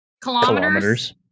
Kilometers